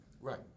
Right